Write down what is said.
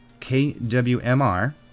KWMR